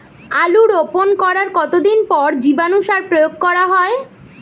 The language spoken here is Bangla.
আলু রোপণ করার কতদিন পর জীবাণু সার প্রয়োগ করা হয়?